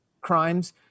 crimes